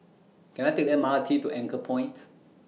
Can I Take The M R T to Anchorpoint